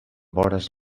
vores